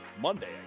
Monday